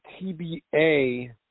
TBA